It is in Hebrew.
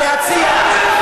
יש לנו מה להציע,